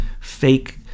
fake